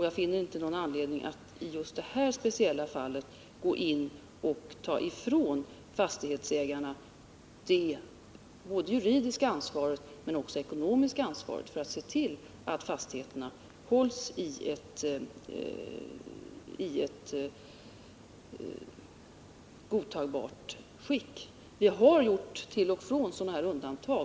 Jag finner inte någon anledning att i just detta speciella fall ta ifrån fastighetsägarna deras både juridiska och ekonomiska ansvar att se till att fastigheterna hålls i ett godtagbart skick. Vi har till och från gjort undantag från detta.